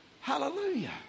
Hallelujah